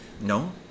No